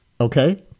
Okay